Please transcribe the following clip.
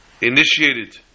initiated